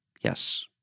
yes